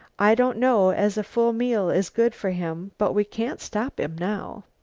i don't know as a full meal is good for him, but we can't stop him now.